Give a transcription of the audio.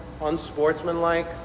unsportsmanlike